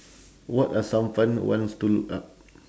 what are some fun ones to look up